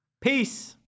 peace